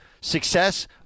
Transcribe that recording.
success